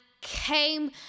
came